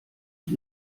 ich